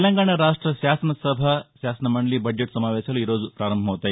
తెలంగాణ రాష్ట శాసనసభ మండలి బడ్షెట్ సమావేశాలు ఈరోజు ప్రారంభమవుతాయి